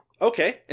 Okay